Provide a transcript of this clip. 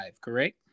correct